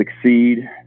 succeed